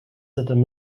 zitten